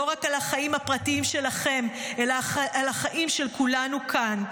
לא רק על החיים הפרטיים שלכם אלא על החיים של כולנו כאן.